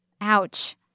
Ouch